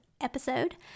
episode